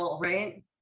right